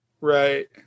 Right